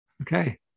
Okay